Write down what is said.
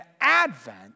Advent